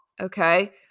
okay